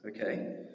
okay